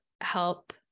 help